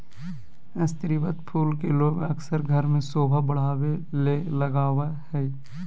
स्रीवत फूल के लोग अक्सर घर में सोभा बढ़ावे ले लगबा हइ